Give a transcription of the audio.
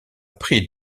pris